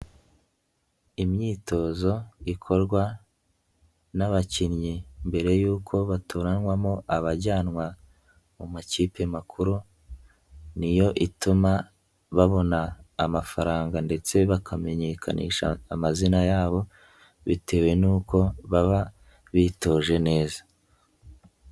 Imyitozo ikorwa n'abakinnyi mbere y'uko batoranywamo abajyanwa mu makipe makuru ni yo ituma babona amafaranga ndetse bakamenyekanisha amazina yabo bitewe n'uko baba bitoje neza.